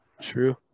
True